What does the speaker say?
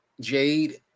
jade